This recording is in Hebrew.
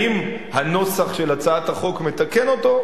האם הנוסח של הצעת החוק מתקן אותו?